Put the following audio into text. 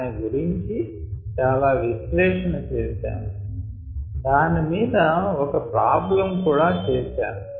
దాని గురించి చాలా విశ్లేషణ చేసాము దాని మీద ఒక ప్రాబ్లమ్ కూడా చేసాము